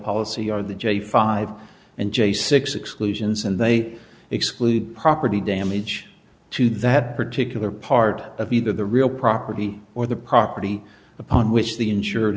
policy are the j five and j six exclusions and they exclude property damage to that particular part of either the real property or the property upon which the insur